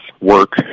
work